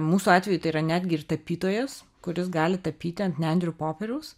mūsų atveju tai yra netgi tapytojas kuris gali tapyti ant nendrių popieriaus